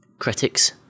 Critics